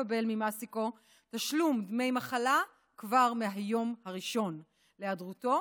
לקבל ממעסיקו תשלום דמי מחלה כבר מהיום הראשון להיעדרותו